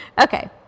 Okay